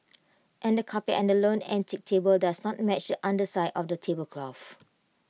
and the carpet and the lone antique table does not match underside of the tablecloth